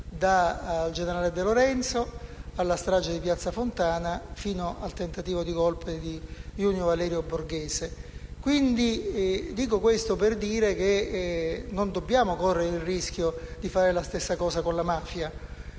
dal generale De Lorenzo alla strage di piazza Fontana, fino al tentativo di golpe di Junio Valerio Borghese. Dico questo per dire che non dobbiamo correre il rischio di fare la stessa cosa con la mafia.